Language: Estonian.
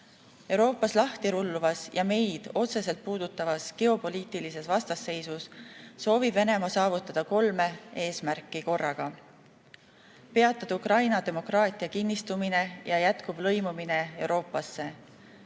ähvardab. Euroopas lahti rulluvas ja meid otseselt puudutavas geopoliitilises vastasseisus soovib Venemaa saavutada kolme eesmärki korraga. Peatada Ukraina demokraatia kinnistumine ja jätkuv lõimumine Euroopasse,